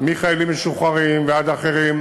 מחיילים משוחררים ועד אחרים,